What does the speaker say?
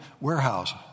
warehouse